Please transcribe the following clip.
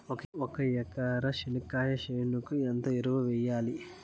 ఒక ఎకరా చెనక్కాయ చేనుకు ఎంత ఎరువులు వెయ్యాలి?